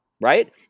right